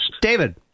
David